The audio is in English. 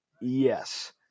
Yes